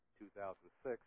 2006